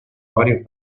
varios